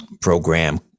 program